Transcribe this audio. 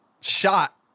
shot